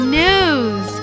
news